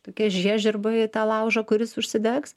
tokia žiežirba į tą laužą kuris užsidegs